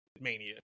Mania